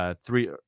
three